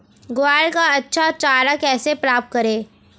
ग्वार का अच्छा चारा कैसे प्राप्त करें?